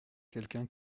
quelqu’un